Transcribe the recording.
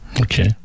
okay